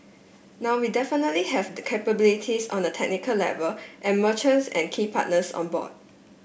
now we definitely have the capabilities on a technical level and merchants and key partners on board